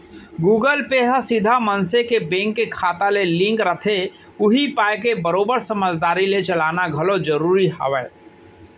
Google pay ह सीधा मनसे के बेंक के खाता ले लिंक रथे उही पाय के बरोबर समझदारी ले चलाना घलौ जरूरी हावय